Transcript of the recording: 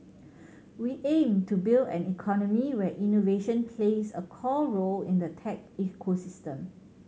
we aim to build an economy where innovation plays a core role in the tech ecosystem